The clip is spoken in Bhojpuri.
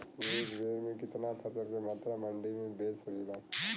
एक बेर में कितना फसल के मात्रा मंडी में बेच सकीला?